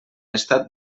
estat